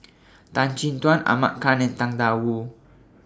Tan Chin Tuan Ahmad Khan and Tang DA Wu